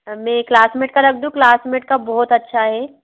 में क्लासमेट का रख दूँ क्लासमेट का बहुत अच्छा है